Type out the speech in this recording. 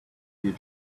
your